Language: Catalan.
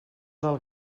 del